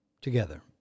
Together